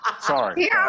Sorry